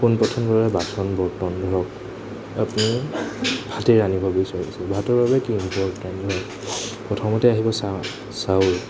পোনপ্ৰথমবাৰৰ বাবে বাচন বৰ্তন ধৰক আপুনি ভাতেই ৰান্ধিব বিচাৰিছে ভাতৰ বাবে কি বৰ্তন ধৰক প্ৰথমতে আহিব চা চাউল